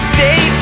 Stay